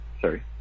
sorry